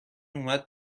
اومد